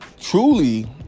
truly